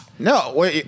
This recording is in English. No